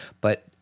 But-